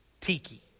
Tiki